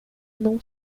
não